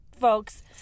folks